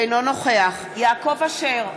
אינו נוכח יעקב אשר,